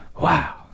wow